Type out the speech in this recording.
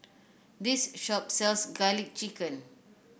this shop sells garlic chicken